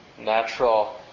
natural